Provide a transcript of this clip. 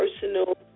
personal